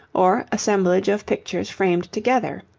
or assemblage of pictures framed together,